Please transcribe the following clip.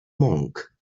monk